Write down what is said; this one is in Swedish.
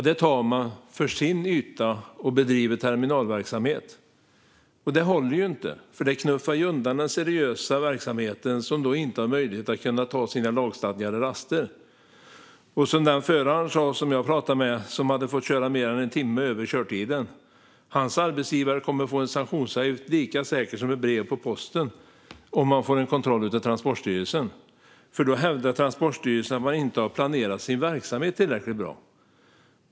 Dem tar man som sina ytor och bedriver terminalverksamhet. Det håller ju inte, för det knuffar undan den seriösa verksamheten, som då inte har möjlighet att ta sina lagstadgade raster. Den förare jag pratade med som hade fått köra i mer än en timme över körtiden sa att hans arbetsgivare kommer att få en sanktionsavgift lika säkert som ett brev på posten om det görs en kontroll av Transportstyrelsen, för då hävdar Transportstyrelsen att man inte har planerat sin verksamhet tillräckligt bra.